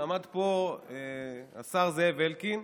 עמד פה השר זאב אלקין,